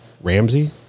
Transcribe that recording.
Ramsey